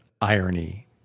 irony